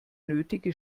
nötige